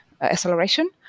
acceleration